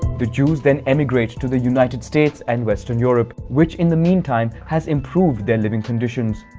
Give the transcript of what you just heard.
the jews then emigrated to the united states and western europe, which in the meantime, has improved their living conditions.